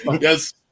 Yes